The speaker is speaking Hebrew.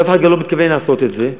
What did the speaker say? אף אחד גם לא מתכוון לעשות את זה,